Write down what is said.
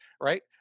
Right